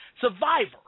survivor